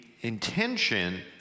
intention